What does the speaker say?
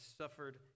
suffered